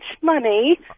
money